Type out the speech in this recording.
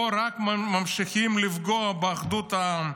פה רק ממשיכים לפגוע באחדות העם,